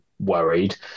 worried